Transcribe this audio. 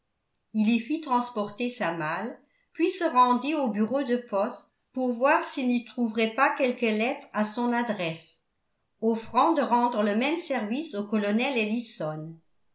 il y fit transporter sa malle puis se rendit au bureau de poste pour voir s'il n'y trouverait pas quelques lettres à son adresse offrant de rendre le même service au colonel ellison